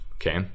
Okay